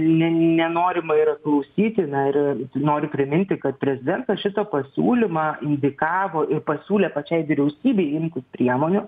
ne nenorima yra klausyti na ir noriu priminti kad prezidentas šitą pasiūlymą indikavo ir pasiūlė pačiai vyriausybei imtis priemonių